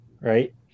right